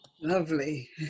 Lovely